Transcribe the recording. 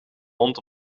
rond